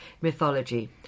mythology